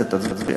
הכנסת תצביע.